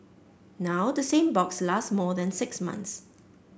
now the same box lasts more than six months